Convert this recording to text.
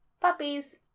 Puppies